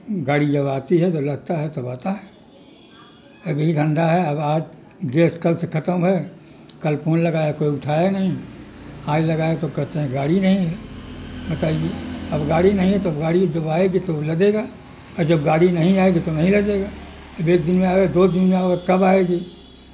گاڑی جب آتی ہے تو لگتا ہے توب آتا ہے ابھی ٹھنڈا ہے اب آج گیس کل سے ختم ہے کل پون لگایا کوئی اٹھایا نہیں آج لگایا تو کہتے ہیں گاڑی نہیں ہے بتائیے اب گاڑی نہیں ہے توب گاڑی جب آئے گی تو لدے گا اور جب گاڑی نہیں آئے گی تو نہیں لگے گا اب ایک دن میں آئے او دو دن میں آئے کب آئے گی